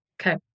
Okay